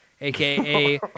aka